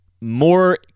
more